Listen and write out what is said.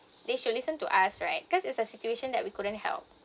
they should listen to us right because it's a situation that we couldn't help